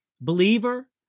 believer